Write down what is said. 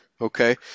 Okay